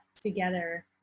together